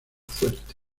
fuerte